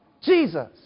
Jesus